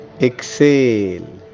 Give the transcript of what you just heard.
exhale